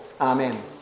Amen